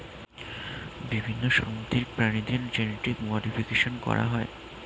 বিভিন্ন সামুদ্রিক প্রাণীদের জেনেটিক মডিফিকেশন করা হয়